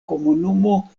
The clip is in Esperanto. komunumo